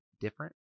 different